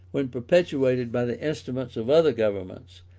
when perpetrated by the instruments of other governments,